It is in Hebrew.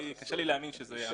קשה לי להאמין שזה מה שיהיה.